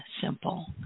simple